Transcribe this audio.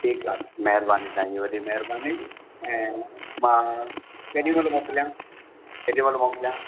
ठीकु आहे महिरबानी तव्हांजी वॾी महिरबानी ऐं मां केॾी महिल मोकिलियां केॾी महिल मोकिलियां